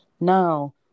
Now